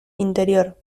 interior